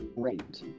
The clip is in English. great